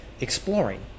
exploring